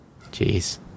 Jeez